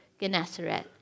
Gennesaret